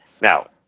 Now